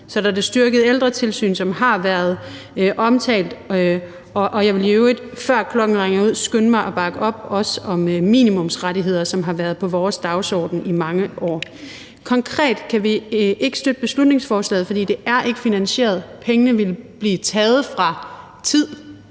Så er der det styrkede ældretilsyn, som har været omtalt. Og jeg vil i øvrigt, før klokken ringer ud, skynde mig at bakke op også om minimumsrettigheder, som har været på vores dagsorden i mange år. Konkret kan vi ikke støtte beslutningsforslaget, fordi det ikke er finansieret – og pengene ville blive taget fra tid